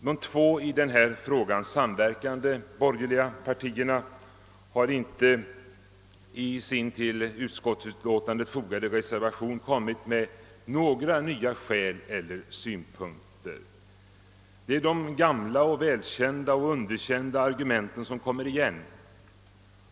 De två i denna fråga samverkande borgerliga partierna har inte i sin till utskottsutlåtandet fogade reservation framfört några nya skäl eller synpunkter. Det är de gamla välkända och underkända argumenten som kommer igen.